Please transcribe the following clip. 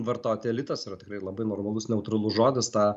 vartoti elitas yra tikrai labai normalus neutralus žodis ta